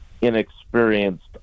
inexperienced